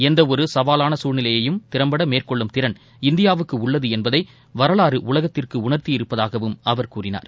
எந்த ஒரு சவாலான சூழ்நிலையும் திறம்பட மேற்கொள்ளும் திறன் இந்தியாவுக்கு உள்ளது என்பதை வரலாறு உலகத்திற்கு உணர்த்தி இருப்பதாகவும் அவர் கூறினார்